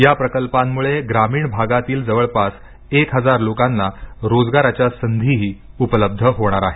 या प्रकल्पांमुळे ग्रामीण भागातील जवळपास एक हजार लोकांना रोजगाराच्या संधीही उपलब्ध होणार आहेत